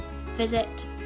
visit